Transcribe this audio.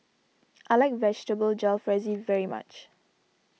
I like Vegetable Jalfrezi very much